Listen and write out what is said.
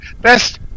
Best